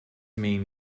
mean